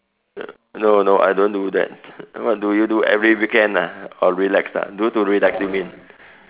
no no I don't do that what do you do every weekend lah oh relax lah do to relax you mean